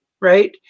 right